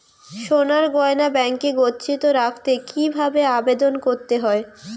সোনার গহনা ব্যাংকে গচ্ছিত রাখতে কি ভাবে আবেদন করতে হয়?